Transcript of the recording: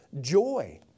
joy